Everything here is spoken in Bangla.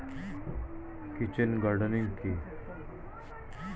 কিচেন গার্ডেনিং কি?